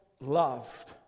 loved